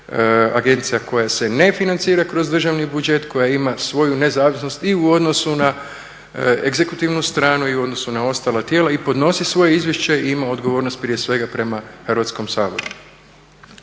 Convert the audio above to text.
agencija koja se ne financira kroz državni budžet koja ima svoju nezavisnost i u odnosu egzekutivnu stranu i u odnosu na ostala tijela i podnosi svoje izvješće i ima odgovornost prije svega prema Hrvatskom saboru.